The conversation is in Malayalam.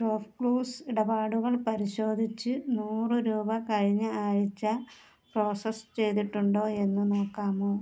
ഷോപ്പ്ക്ലൂസ് ഇടപാടുകൾ പരിശോധിച്ച് നൂറ് രൂപ കഴിഞ്ഞ ആഴ്ച പ്രോസസ്സ് ചെയ്തിട്ടുണ്ടോ എന്ന് നോക്കാമോ